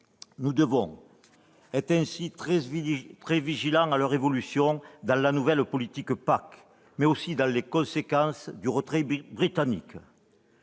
Nous devons être très vigilants à leur évolution dans la nouvelle politique PAC, mais aussi dans les conséquences du retrait britannique.